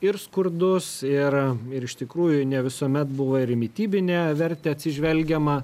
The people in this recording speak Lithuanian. ir skurdus ir ir iš tikrųjų ne visuomet buvo ir mitybinę vertę atsižvelgiama